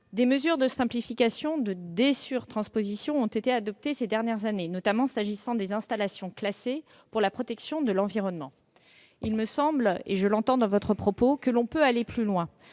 Des mesures de simplification, de dé-surtransposition, ont été adoptées ces dernières années, notamment s'agissant des installations classées pour la protection de l'environnement. Il me semble- je l'entends dans votre propos -que l'on peut aller plus loin.